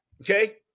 okay